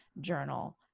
journal